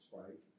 right